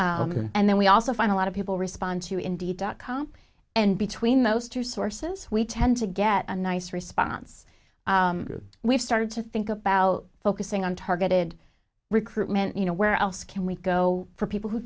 in and then we also find a lot of people respond to india dot com and between those two sources we tend to get a nice response we've started to think about focusing on targeted recruitment you know where else can we go for people who